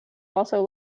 also